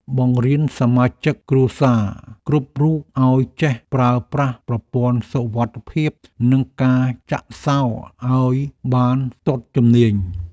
បង្រៀនសមាជិកគ្រួសារគ្រប់រូបឱ្យចេះប្រើប្រាស់ប្រព័ន្ធសុវត្ថិភាពនិងការចាក់សោរឱ្យបានស្ទាត់ជំនាញ។